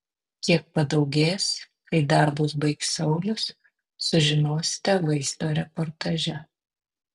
kiek padaugės kai darbus baigs saulius sužinosite vaizdo reportaže